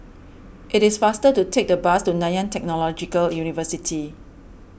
it is faster to take the bus to Nanyang Technological University